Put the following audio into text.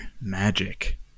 magic